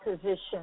position